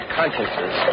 consciences